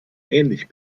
ähnlich